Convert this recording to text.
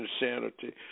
insanity